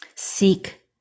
Seek